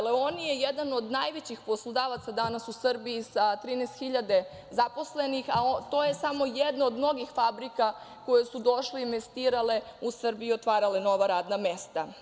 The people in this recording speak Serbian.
Leoni“ je jedan od najvećih poslodavaca danas u Srbiji sa 13.000 zaposlenih, a to je samo jedna od mnogih fabrika koje su došle i investirale u Srbiji u otvarale nova radna mesta.